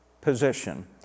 position